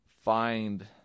find